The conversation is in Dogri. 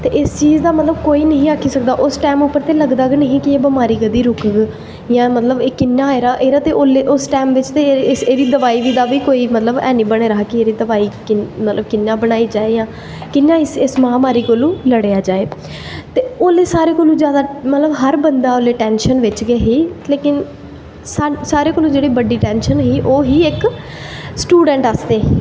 ते इस चीज़ दा मतलव कोई नी हा आक्खी सकदा मतलव लगदा गै नी हा कि एह् बमारी कदैं रुकग जां मतलव कियां उस टैंम ते ओह्दा एह्दी दवाई दा बी ऐनी बने दा हा एह्दी बमारी कियां बनाई जाए जां कियां इस महांमारी कोला दा लड़ेआ जाए ते उसले मतलव हर बंदा टैंशन बिच्च गै हा सारें कोला दा बड्डी टैंशन ही ओह् ही इक स्टुडैंट आस्तै